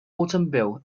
automobile